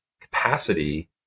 capacity